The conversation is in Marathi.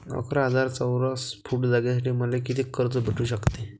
अकरा हजार चौरस फुट जागेसाठी मले कितीक कर्ज भेटू शकते?